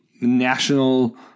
national